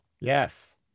Yes